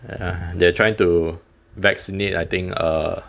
and they're trying to vaccinate I think uh